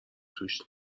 توش